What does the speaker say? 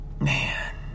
Man